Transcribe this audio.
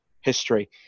history